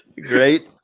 Great